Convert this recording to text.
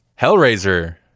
Hellraiser